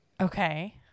Okay